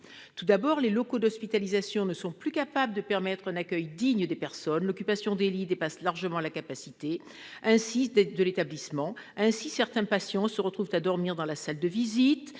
Tout d'abord, les locaux ne permettent plus d'assurer un accueil digne des personnes. L'occupation des lits dépasse largement la capacité de l'établissement. Ainsi, certains patients se retrouvent à dormir dans la salle de visite